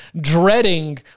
dreading